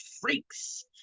freaks